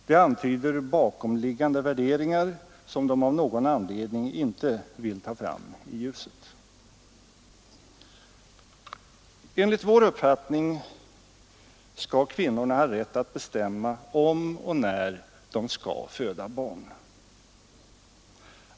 Det antyder bakomliggande värderingar, som de av någon anledning inte vill ta fram i ljuset. Enligt vår uppfattning skall kvinnorna ha rätt att bestämma om och när de skall föda barn.